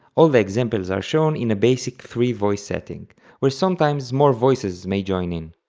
all the examples are shown in a basic three voice setting where sometimes more voices may join in